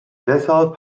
deshalb